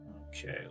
Okay